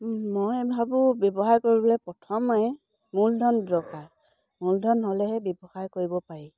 মই ভাবোঁ ব্যৱসায় কৰিবলৈ প্ৰথমে মূলধন দৰকাৰ মূলধন হ'লেহে ব্যৱসায় কৰিব পাৰি